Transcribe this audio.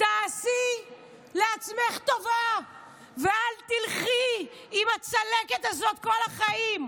תעשי לעצמך טובה ואל תלכי עם הצלקת הזאת כל החיים.